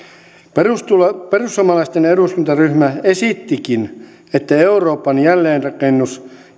perussuomalaisten eduskuntaryhmä esittikin että euroopan jälleenrakennus